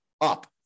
up